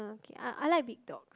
okay I like big dog